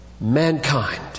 mankind